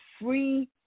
free